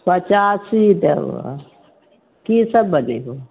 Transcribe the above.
पचासी देबो की सब बनैबहु